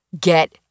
Get